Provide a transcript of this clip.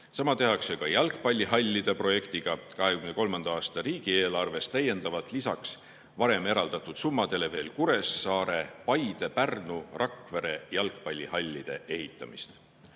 Sama tehakse ka jalgpallihallide projektiga. 2023. aasta riigieelarvest [toetatakse] täiendavalt lisaks varem eraldatud summadele veel Kuressaare, Paide, Pärnu, Rakvere jalgpallihallide ehitamist.2023.